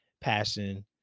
passion